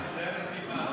נסערת ממה?